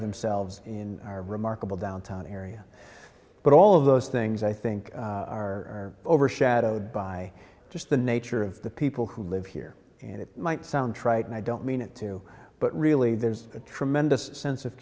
themselves in a remarkable downtown area but all of those things i think are overshadowed by just the nature of the people who live here and it might sound trite and i don't mean it to but really there's a tremendous sense of